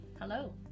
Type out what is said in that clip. Hello